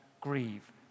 grieve